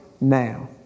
now